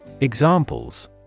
Examples